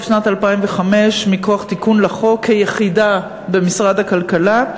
שנת 2005 מכוח תיקון לחוק כיחידה במשרד הכלכלה,